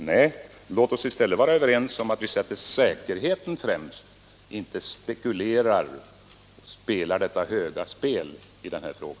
Nej, låt oss i stället vara överens om att vi sätter säkerheten främst, inte spekulerar, inte spelar ett högt spel i denna fråga!